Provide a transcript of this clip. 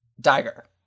Dagger